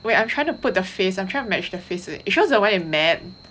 wait I'm trying to put the face I'm trying to match the face with it is she the one with matt